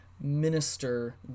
minister